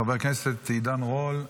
חבר הכנסת עידן רול,